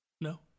No